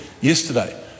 yesterday